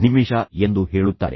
ಇನ್ನೂ 15 ನಿಮಿಷಗಳು ಹೋಗುತ್ತವೆ